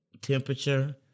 temperature